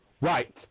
Right